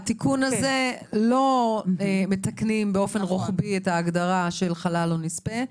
בתיקון הזה לא מתקנים באופן רוחבי את ההגדרה של "חלל" או "נספה",